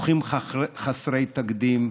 פיתוחים חסרי תקדים,